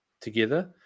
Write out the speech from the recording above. together